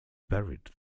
buried